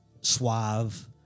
suave